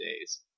days